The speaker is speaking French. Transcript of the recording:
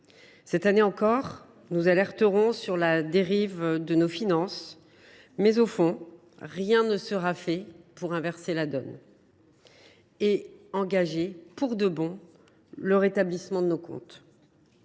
Cette année encore, nous alerterons sur la dérive de nos finances, mais, au fond, rien ne sera fait pour inverser la donne et engager pour de bon le rétablissement de nos comptes.